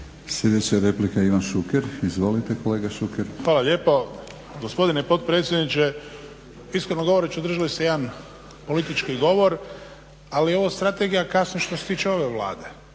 Sljedeća replika Ivan Šuker. Izvolite kolega Šuker. **Šuker, Ivan (HDZ)** Hvala lijepo. Gospodine potpredsjedniče, iskreno govoreći održali ste jedan politički govor, ali ova strategija kasni što se tiče ove Vlade